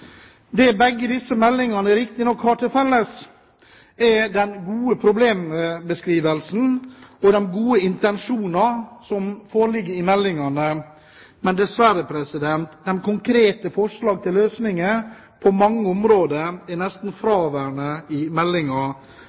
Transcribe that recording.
Det begge disse meldingene riktignok har til felles, er den gode problembeskrivelsen og de gode intensjonene, men dessverre, de konkrete forslag til løsninger er på mange områder nesten fraværende i